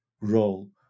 role